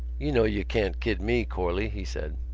you know you can't kid me, corley, he said.